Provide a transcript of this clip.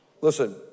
Listen